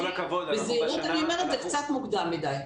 בזהירות אני אומרת, זה קצת מוקדם מדי.